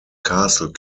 castle